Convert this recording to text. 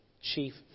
chief